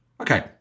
Okay